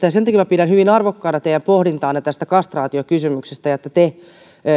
ja sen takia minä pidän hyvin arvokkaana teidän pohdintaanne tästä kastraatiokysymyksestä ja sitä että te